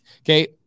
Okay